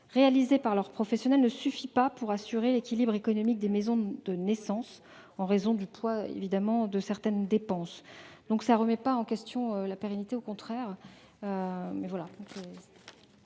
réalisés par les professionnels ne suffit pas pour assurer l'équilibre économique des maisons de naissance, en raison du poids de certaines dépenses. Un tel dispositif ne remet pas en question, bien au contraire,